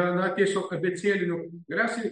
na tiesiog abėcėliniu galiausiai